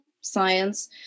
science